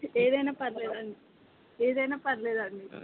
ఏది అయినా పర్వాలేదు అండి ఏది అయినా పర్వాలేదు అండి